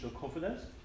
Confidence